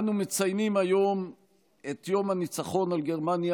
אנו מציינים היום את יום הניצחון על גרמניה